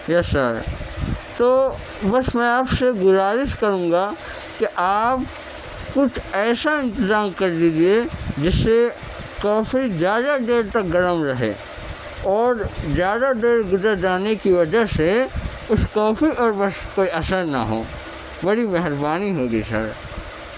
یس sir تو بس میں آپ سے گزارش کروں گا کہ آپ کچھ ایسا انتظام کر دیجیے جس سے کافی زیادہ دیر تک گرم رہے اور زیادہ دیر گزر جانے کی وجہ سے اس کافی پر بس کوئی اثر نہ ہو بڑی مہربانی ہوگی سر